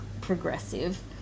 progressive